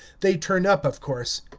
they turn up, of course.